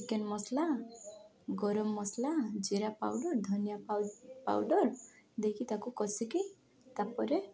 chicken ମସଲା ଗରମ ମସଲା ଜିରା ପାଉଡ଼ର ଧନିଆ ପାଉଡ଼ର୍ ଦେଇକି ତାକୁ କଷିକି ତା'ପରେ